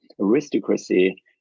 aristocracy